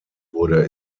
wurde